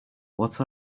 what